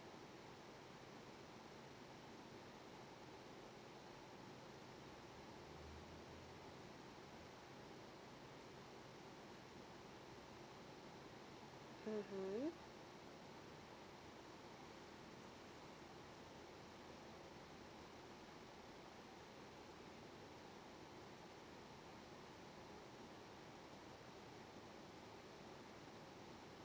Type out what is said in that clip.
mmhmm